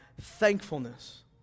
thankfulness